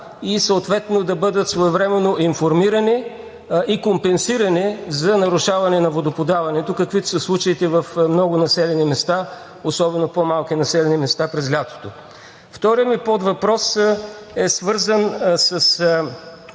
и съответно да бъдат своевременно информирани и компенсирани за нарушаване на водоподаването, каквито са случаите в много населени места, особено по-малките населени места, през лятото? Вторият ми подвъпрос е свързан с